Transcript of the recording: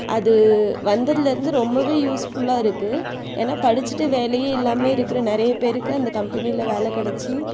அது வந்ததுலருந்து ரொம்பவே யூஸ்ஃபுல்லாக இருக்கு ஏன்னா படிச்சிவிட்டு வேலையே இல்லாமல் இருக்கிற நிறைய பேருக்கு அந்த கம்பெனியில வேலை கிடைச்சி